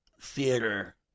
theater